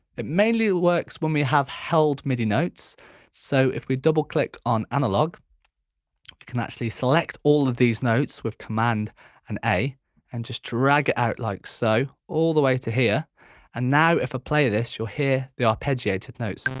it mainly works when we have held midi notes so if we double click on analogue we can actually select all of these notes with command and a and just drag it out like so all the way to here and now if i play this you'll hear the arpeggiated notes.